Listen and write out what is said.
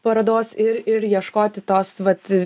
parodos ir ir ieškoti tos vat